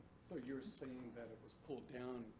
so you're saying was pulled down.